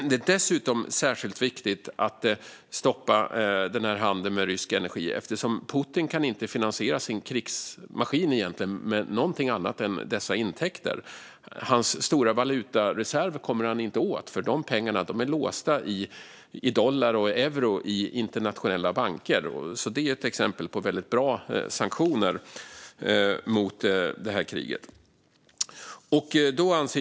Det är dessutom särskilt viktigt att stoppa handeln med rysk energi eftersom Putin egentligen inte kan finansiera sin krigsmaskin med någonting annat än dessa intäkter. Den stora valutareserven kommer han inte åt, för de pengarna är låsta i dollar och euro i internationella banker. Detta är ett exempel på väldigt bra sanktioner mot det här kriget.